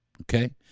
okay